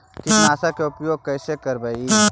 कीटनाशक के उपयोग कैसे करबइ?